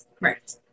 right